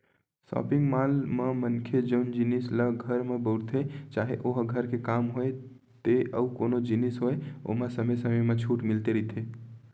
shopping mall म मनखे जउन जिनिस ल घर म बउरथे चाहे ओहा घर के काम होय ते अउ कोनो जिनिस होय ओमा समे समे म छूट मिलते रहिथे